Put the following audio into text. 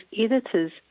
editors